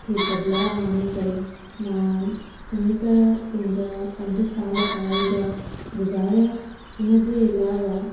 खे बदलाव आणे करे मां चङी तरह पंहिंजा पंज साल पढ़ाई जा गुज़रिया हुनजे अलावा